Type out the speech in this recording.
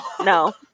No